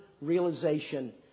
realization